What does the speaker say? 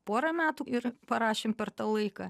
porą metų ir parašėm per tą laiką